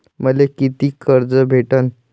मले कितीक कर्ज भेटन?